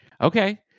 Okay